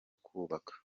kubaka